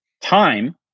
time